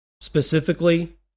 Specifically